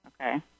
Okay